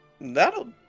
that'll